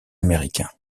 américain